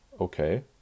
Okay